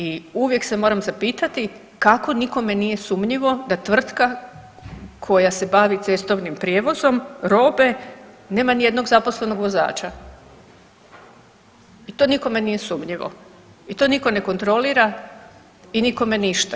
I uvijek se moram zapitati kako nikome nije sumnjivo da tvrtka koja se bavi cestovnim prijevozom robe nema nijednog zaposlenog vozača i to nikome nije sumnjivo i to niko ne kontrolira i nikome ništa.